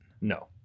No